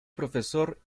profesor